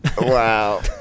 Wow